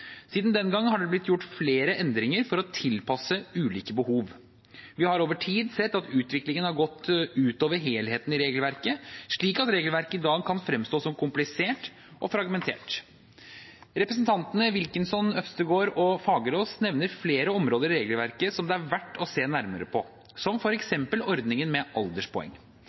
Siden den gang har det blitt gjort flere endringer for å tilpasse ulike behov. Vi har over tid sett at utviklingen har gått ut over helheten i regelverket, slik at regelverket i dag kan fremstå som komplisert og fragmentert. Representantene Wilkinson, Øvstegård og Fagerås nevner flere områder i regelverket det er verdt å se nærmere på, som f.eks. ordningen med alderspoeng.